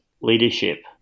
leadership